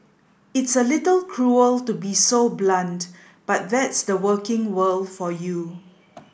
it's a little cruel to be so blunt but that's the working world for you